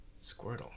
Squirtle